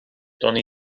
doeddwn